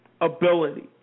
ability